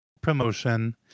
promotion